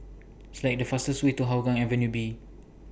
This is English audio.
Select The fastest Way to Hougang Avenue B